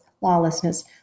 lawlessness